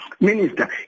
Minister